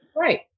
Right